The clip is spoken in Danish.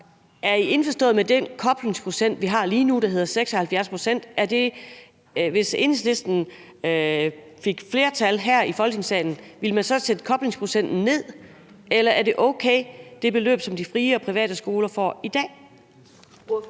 er indforstået med den koblingsprocent, vi har lige nu, der er på 76? Hvis Enhedslisten fik flertal her i Folketingssalen, ville man så sætte koblingsprocenten ned? Eller er det beløb, som de frie og private skoler får i dag,